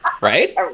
Right